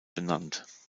benannt